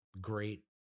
great